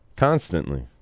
Constantly